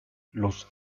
los